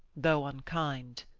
though unkind.